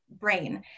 Brain